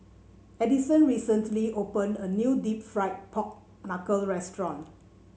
Addyson recently opened a new deep fried Pork Knuckle restaurant